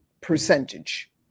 percentage